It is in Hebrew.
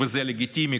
וזה לגיטימי,